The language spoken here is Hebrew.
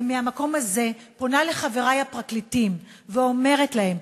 ומהמקום הזה פונה לחברי הפרקליטים ואומרת להם: